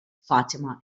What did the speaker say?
fatima